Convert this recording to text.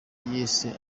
yise